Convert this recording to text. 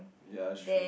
ya it's true